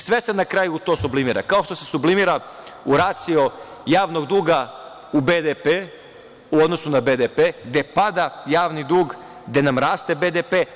Sve se na kraju to sublimira, kao što se sublimira u racio javnog duga u BDP u odnosu na BDP, gde pada javni dug, gde nam raste BDP.